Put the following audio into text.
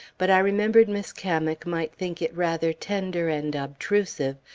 but i remembered miss cammack might think it rather tender and obtrusive,